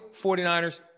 49ers